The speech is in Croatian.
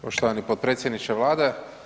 Poštovani potpredsjedniče Vlade.